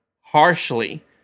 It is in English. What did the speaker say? harshly